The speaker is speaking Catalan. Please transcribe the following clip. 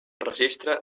registre